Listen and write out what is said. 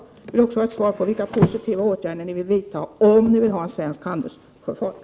Jag vill också ha ett svar på vilka positiva åtgärder ni vill vidta om ni vill ha en svensk handelssjöfart.